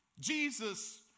Jesus